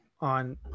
on